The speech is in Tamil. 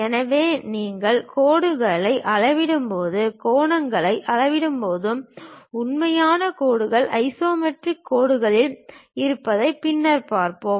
எனவே நீங்கள் கோடுகளை அளவிடும்போது கோணங்களை அளவிடும்போது உண்மையான கோடுகள் ஐசோமெட்ரிக் கோடுகளில் இருப்பதை பின்னர் பார்ப்போம்